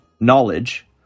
knowledge